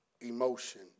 Emotion